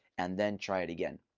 and then try it again.